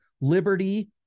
Liberty